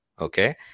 Okay